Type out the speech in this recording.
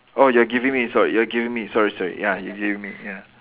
oh you are giving me sorry you are giving me sorry sorry ya you giving me ya